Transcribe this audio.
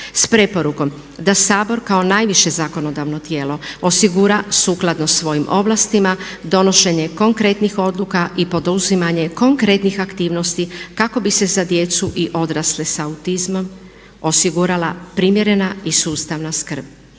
s preporukom da Sabor kao najviše zakonodavno tijelo osigura sukladno svojim ovlastima donošenje konkretnih oduka i poduzimanje konkretnih aktivnosti kako bi se za djecu i odrasle sa autizmom osigurala primjerena i sustavna skrb,